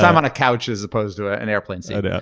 um on a couch as opposed to an airplane seat. and